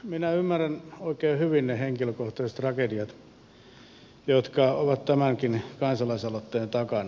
minä ymmärrän oikein hyvin ne henkilökohtaiset tragediat jotka ovat tämänkin kansalaisaloitteen takana